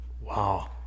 wow